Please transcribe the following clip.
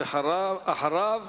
ואחריו,